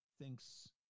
thinks